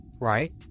right